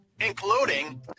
including